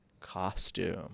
costume